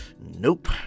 Nope